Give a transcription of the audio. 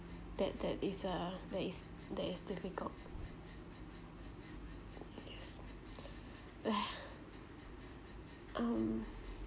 that that is uh that is that is difficult yes um